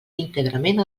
íntegrament